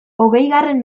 hogeigarren